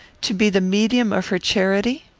to be the medium of her charity?